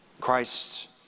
Christ